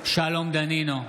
שלום דנינו,